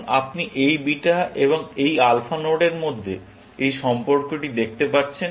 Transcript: এখন আপনি এই বিটা এবং এই আলফা নোডের মধ্যে এই সম্পর্কটি দেখতে পাচ্ছেন